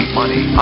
money